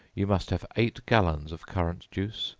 you must have eight gallons of currant juice,